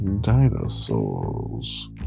dinosaurs